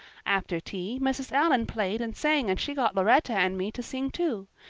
after tea mrs. allan played and sang and she got lauretta and me to sing too.